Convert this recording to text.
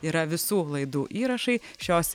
yra visų laidų įrašai šios